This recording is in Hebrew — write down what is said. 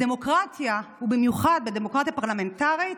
בדמוקרטיה, ובמיוחד בדמוקרטיה פרלמנטרית,